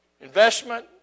investment